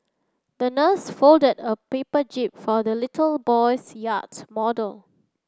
the nurse folded a paper jib for the little boy's yacht model